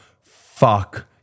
Fuck